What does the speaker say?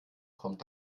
kommt